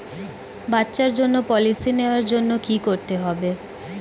বাচ্চার জন্য পলিসি নেওয়ার জন্য কি করতে হবে?